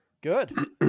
Good